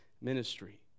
ministry